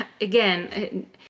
again